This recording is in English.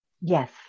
Yes